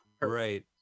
Right